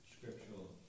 scriptural